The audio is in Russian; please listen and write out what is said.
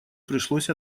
пришлось